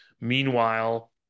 Meanwhile